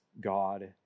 God